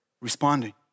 responding